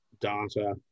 data